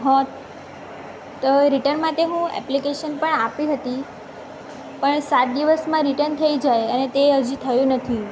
હા તો રિટન માટે હું એપ્લિકેશન પણ આપી હતી પણ સાત દિવસમાં રિટન થઈ જાય અને તે હજી થયું નથી